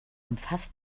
umfasst